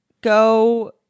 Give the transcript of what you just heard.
go